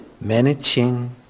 Managing